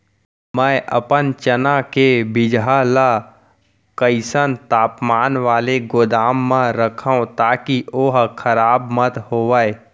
मैं अपन चना के बीजहा ल कइसन तापमान वाले गोदाम म रखव ताकि ओहा खराब मत होवय?